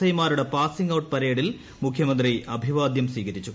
I മാരുട്ടെ passing out പരേഡിൽ മുഖ്യമന്ത്രി അഭിവാദ്യം സ്വീകരിച്ചു